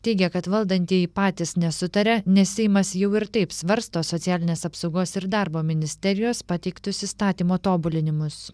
teigia kad valdantieji patys nesutaria nes seimas jau ir taip svarsto socialinės apsaugos ir darbo ministerijos pateiktus įstatymo tobulinimus